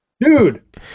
Dude